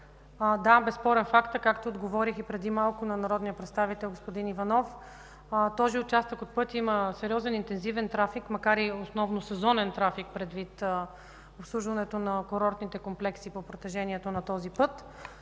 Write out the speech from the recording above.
Да, безспорен факт е, както отговорих и преди малко на народния представител господин Иванов – в този участък от пътя има сериозен интензивен трафик, макар и основно сезонен, предвид обслужването на курортните комплекси по протежението на този път.